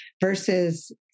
versus